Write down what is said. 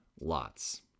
lots